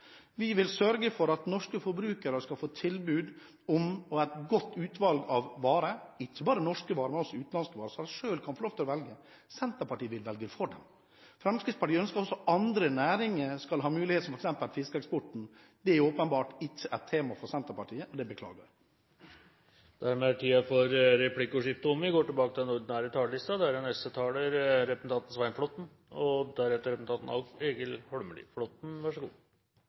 Vi vil sørge for at norske forbrukere skal få tilbud om og et godt utvalg av varer – ikke bare norske varer, men også utenlandske varer – så de selv kan få velge. Senterpartiet vil velge for dem. Fremskrittspartiet ønsker også at andre næringer skal ha mulighet, som f.eks. fiskeeksporten. Det er åpenbart ikke et tema for Senterpartiet. Det beklager jeg. Replikkordskiftet er omme. Den store utfordringen for næringspolitikken både i budsjettet for det året som kommer, og ikke minst i årene som kommer, er å opprettholde og gjenvinne vår konkurransekraft der den er